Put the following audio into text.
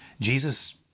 Jesus